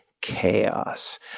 chaos